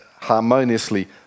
harmoniously